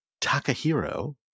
Takahiro